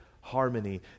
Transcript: harmony